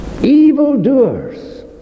Evildoers